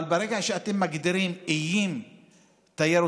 אבל ברגע שאתם מגדירים איים תיירותיים